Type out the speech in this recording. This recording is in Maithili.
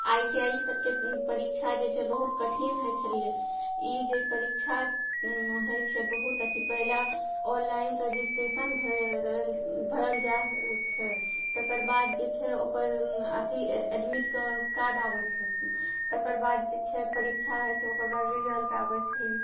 आई टी आइ सबके परीक्षा जे छै बहुत कठिन होइ छलियै ई जे परीक्षा होइ छै बहुत अथी पहिले ऑनलाइन रजिस्ट्रेशन भरल भरल जाइ छै तकर बाद जे छै ओकर अथी एडमिट क कार्ड आबय छै तकर बाद जे छै परीक्षा होइ छै ओकर बाद रिजल्ट आबय छलियै